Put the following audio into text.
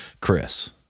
chris